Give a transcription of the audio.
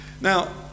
Now